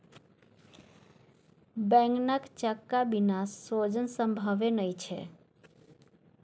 बैंगनक चक्का बिना सोजन संभवे नहि छै